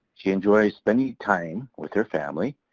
she enjoys spending time with her family,